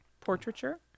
Portraiture